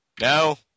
No